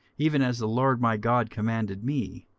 even as the lord my god commanded me,